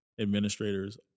administrators